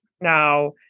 now